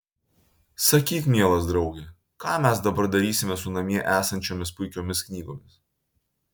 sakyk mielas drauge ką mes dabar darysime su namie esančiomis puikiomis knygomis